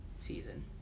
season